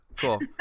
cool